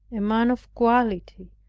a man of quality,